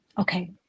Okay